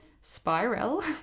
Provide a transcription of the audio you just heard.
spiral